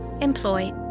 employ